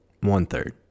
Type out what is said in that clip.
one-third